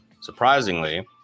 Surprisingly